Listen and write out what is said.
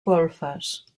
golfes